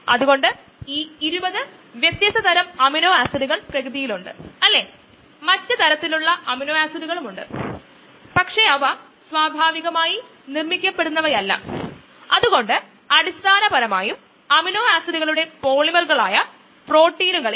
അത്തരമൊരു സാഹചര്യത്തിൽ പ്രതിപ്രവർത്തന സംവിധാനം Michaelis Menten plus enzyme substrate complex plus I ആണ് ഇത് നമുക്ക് വിപരീതമായി എൻസൈം സബ്സ്ട്രേറ്റ് ഇൻഹിബിറ്റർ കോംപ്ലക്സ് നൽകുന്നു